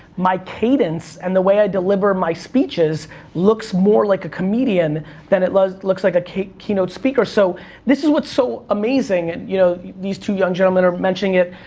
my cadence and the way i deliver my speeches looks more like a comedian than it looks like a keynote speaker. so this is what's so amazing, and you know, these two young gentlemen are mentioning it,